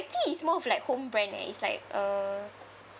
think it's more of like home brand leh is like a